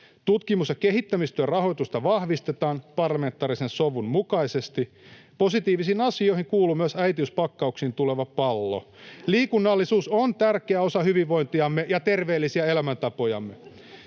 Tutkimus‑ ja kehittämistyön rahoitusta vahvistetaan parlamentaarisen sovun mukaisesti. Positiivisiin asioihin kuuluu myös äitiyspakkauksiin tuleva pallo. Liikunnallisuus on tärkeä osa hyvinvointiamme ja terveellisiä elämäntapojamme.